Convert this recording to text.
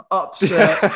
upset